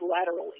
laterally